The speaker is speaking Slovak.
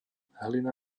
hlina